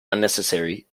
unnecessary